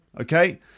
Okay